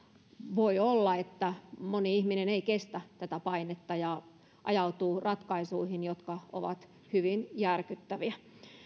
voi olla että moni ihminen ei kestä tätä painetta ja ajautuu ratkaisuihin jotka ovat hyvin järkyttäviä